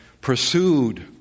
pursued